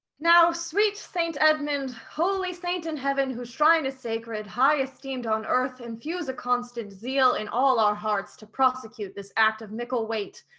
now sweet saint edmond, holy saint in heaven, whose shrine is sacred, high esteemed on earth, infuse a constant zeal in all our hearts to prosecute this act of mickel weight,